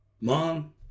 Mom